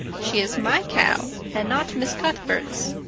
she is my cow and not miss cuthbert's.